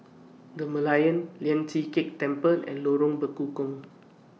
The Merlion Lian Chee Kek Temple and Lorong Bekukong